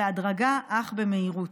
בהדרגה אך במהירות.